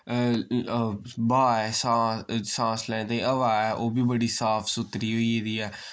ब्हा ऐ सांस लैने ताईं हवा ऐ ओ बी बड़ी साफ सुथरी होई गेदी ऐ